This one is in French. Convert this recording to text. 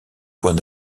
point